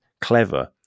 clever